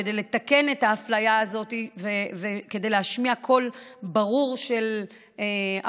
כדי לתקן את האפליה הזאת וכדי להשמיע קול ברור של האוכלוסייה,